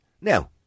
Now